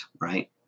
right